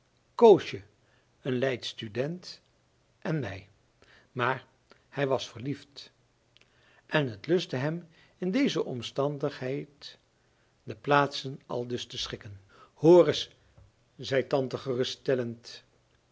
koosje een leidsch student en mij maar hij was verliefd en het lustte hem in deze omstandigheid de plaatsen aldus te schikken hoor reis zei tante